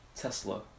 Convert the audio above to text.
Tesla